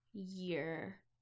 year